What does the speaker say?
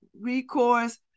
recourse